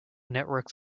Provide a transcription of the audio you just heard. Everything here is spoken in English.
networks